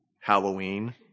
Halloween